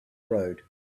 road